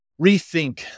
rethink